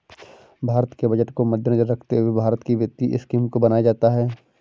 भारत के बजट को मद्देनजर रखते हुए भारत की वित्तीय स्कीम को बनाया जाता है